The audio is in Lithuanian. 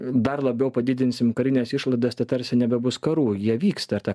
dar labiau padidinsim karines išlaidas tai tarsi nebebus karų jie vyksta ir ta